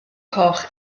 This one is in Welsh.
coch